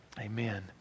Amen